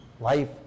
life